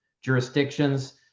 jurisdictions